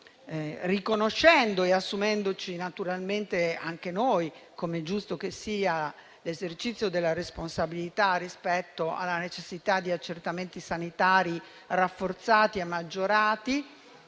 Riconosciamo e ci assumiamo naturalmente anche noi, come è giusto che sia, l'esercizio della responsabilità rispetto alla necessità di accertamenti sanitari rafforzati e maggiorati